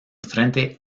frente